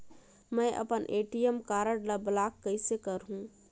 मै अपन ATM card ल ब्लाक कइसे करहूं?